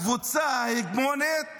הקבוצה ההגמונית